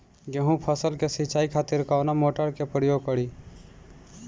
गेहूं फसल के सिंचाई खातिर कवना मोटर के प्रयोग करी?